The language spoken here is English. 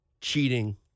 cheating